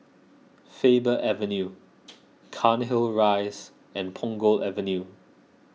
Faber Avenue Cairnhill Rise and Punggol Avenue